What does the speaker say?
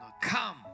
come